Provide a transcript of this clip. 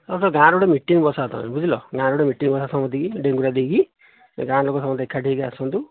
ଗାଁ ରେ ଗୋଟେ ମିଟିଂ ବସାନ୍ତୁ ବୁଝିଲ ଗାଁ ରେ ଗୋଟେ ମିଟିଂ ବସା ସମସ୍ତିଙ୍କି ଡେଙ୍ଗୁରା ଦେଇକି ଗାଁ ଲୋକ ସମସ୍ତେ ଏକାଠି ହୋଇକି ଆସନ୍ତୁ